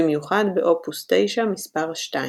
במיוחד ב אופוס 9, מספר 2 .